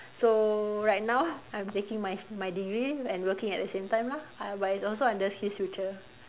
so right now I'm taking my my degree and working at the same time lah uh but it's also under SkillsFuture